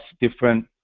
different